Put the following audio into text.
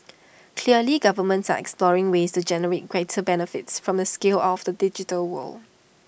clearly governments are exploring ways to generate greater benefits from the scale of the digital world